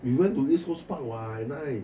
we went to east coast park what at night